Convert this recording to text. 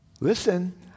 Listen